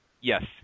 Yes